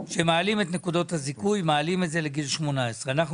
שמעלים את נקודות הזיכוי לגיל 18. אנחנו